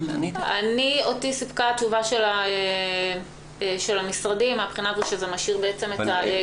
אותי סיפקה התשובה של המשרדים מהבחינה הזאת שזה משאיר את הגמישות